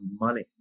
money